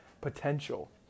potential